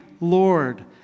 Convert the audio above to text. Lord